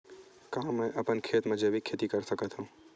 का मैं अपन खेत म जैविक खेती कर सकत हंव?